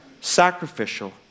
sacrificial